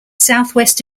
southwest